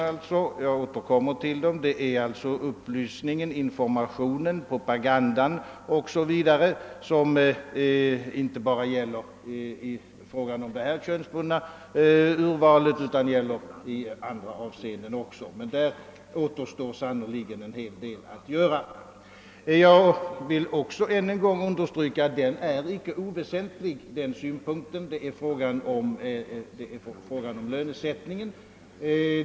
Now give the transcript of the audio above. Jag tänker då först och främst på upplysningen, informationen, propagandan eller vad man vill kalla det, som inte bara bör sättas in mot detta könsbundna urval utan är viktig även i andra sammanhang. Där återstår sannerligen en hel del att göra. Jag vill också ännu en gång understryka — den synpunkten är inte oväsentlig — lönesättningens roll i detta sammanhang.